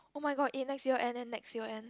oh-my-god in next year end then next year end